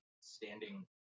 standing